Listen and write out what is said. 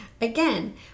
again